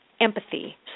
empathy